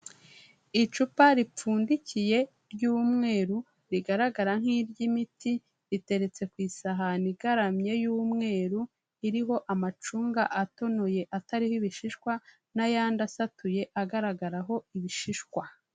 Icupa ripfundikiye ry'umweru, rigaragara nk'iry'imiti, riteretse ku isahani igaramye y'umweru, iriho amacunga atonoye atariho ibishishwa, n'ayandi, asatuye agaragaraho ibishishwa.